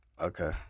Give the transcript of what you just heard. Okay